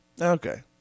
Okay